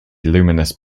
luminous